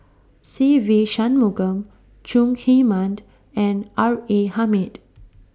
Se Ve Shanmugam Chong Heman and R A Hamid